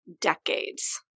decades